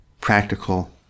practical